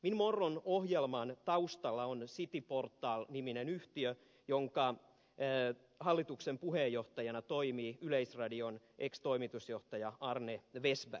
min morgon ohjelman taustalla on cityportal niminen yhtiö jonka hallituksen puheenjohtajana toimii yleisradion ex toimitusjohtaja ar ne wessberg